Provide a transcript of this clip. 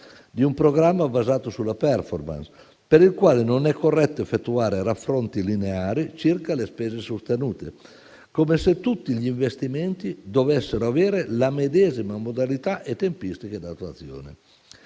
di un programma basato sulla *performance*, per il quale non è corretto effettuare raffronti lineari circa le spese sostenute, come se tutti gli investimenti dovessero avere la medesima modalità e tempistiche di attuazione.